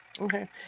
okay